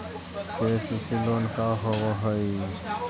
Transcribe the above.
KCC loan का होब हइ?